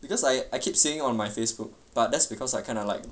because I I keep saying on my facebook but that's because I kind of like